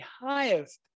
highest